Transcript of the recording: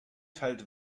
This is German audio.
teilt